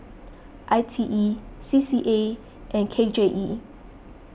I T E C C A and K J E